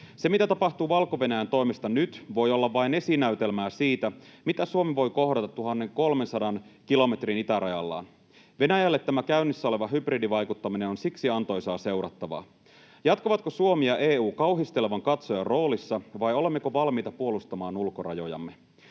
Se, mitä tapahtuu Valko-Venäjän toimesta nyt, voi olla vain esinäytelmää siitä, mitä Suomi voi kohdata 1 300 kilometrin itärajallaan. Venäjälle tämä käynnissä oleva hybridivaikuttaminen on siksi antoisaa seurattavaa: jatkavatko Suomi ja EU kauhistelevan katsojan roolissa, vai olemmeko valmiita puolustamaan ulkorajojamme?